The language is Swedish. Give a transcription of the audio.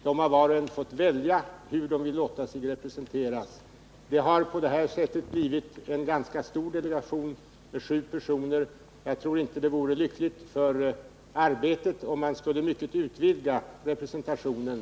Var och en av dessa har fått välja hur de vill låta sig representeras. Det har på det sättet blivit en ganska stor delegation med sju personer. Jag tror inte det vore lyckligt för arbetet, om man skulle mycket utvidga representationen.